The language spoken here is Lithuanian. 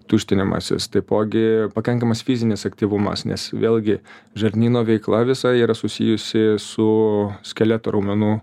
tuštinimasis taipogi pakankamas fizinis aktyvumas nes vėlgi žarnyno veikla visa yra susijusi su skeleto raumenų